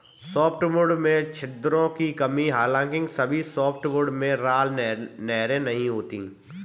softwood में छिद्रों की कमी हालांकि सभी सॉफ्टवुड में राल नहरें नहीं होती है